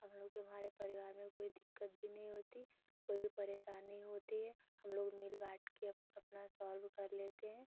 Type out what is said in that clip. हमलोगों के हमारे परिवार में कोई दिक्कत भी नहीं होती कोई भी परेशानी होती है हमलोग मिल बाँटकर अप अपना सॉल्व कर लेते हैं